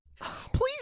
Please